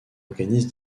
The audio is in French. organise